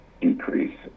decrease